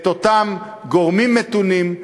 את אותם גורמים מתונים,